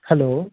hello